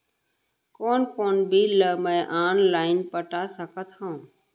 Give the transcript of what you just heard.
कोन कोन बिल ला मैं ऑनलाइन पटा सकत हव?